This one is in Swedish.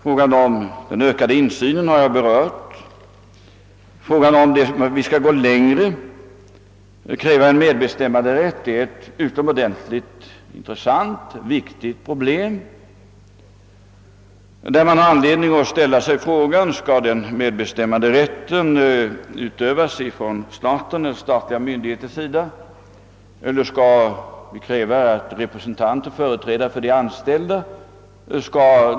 Frågan om den ökade insynen har jag berört. Frågan huruvida vi skall gå längre och kräva medbestämmanderätt är ett utomordentligt intressant och viktigt problem. Man har i det sammanhanget anledning att ställa frågan om medbestämmanderätten skall utövas av staten eller av företrädare för de anställda.